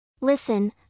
Listen